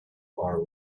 are